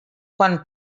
quan